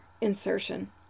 insertion